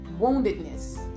woundedness